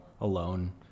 alone